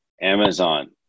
Amazon